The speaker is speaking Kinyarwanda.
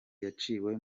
yaciwe